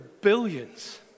billions